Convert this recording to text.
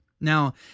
Now